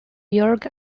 york